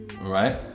right